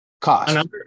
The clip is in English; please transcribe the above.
cost